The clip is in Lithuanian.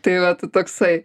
tai vat toksai